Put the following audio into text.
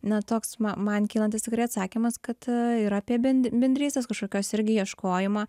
na toks ma man kylantis tikrai atsakymas kad ir apie ben bendrystės kažkokios irgi ieškojimą